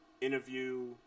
interview